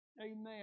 amen